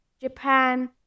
Japan